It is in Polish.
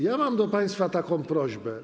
Ja mam do państwa taką prośbę.